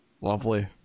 Lovely